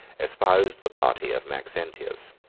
espoused the party of maxentius.